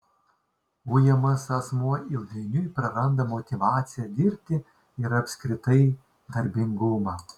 ujamas asmuo ilgainiui praranda motyvaciją dirbti ir apskritai darbingumą